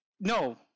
No